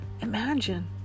Imagine